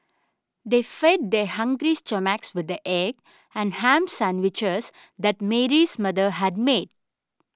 they fed their hungry stomachs with the egg and ham sandwiches that Mary's mother had made